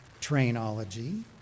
train-ology